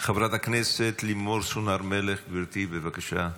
חברת הכנסת לימור סון הר מלך, גברתי, בבקשה.